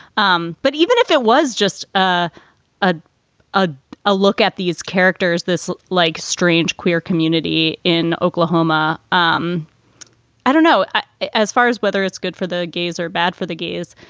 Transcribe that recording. um but even if it was just a ah a a look at these characters, this like strange queer community in oklahoma. um i don't know as far as whether it's good for the gays or bad for the gays.